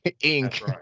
ink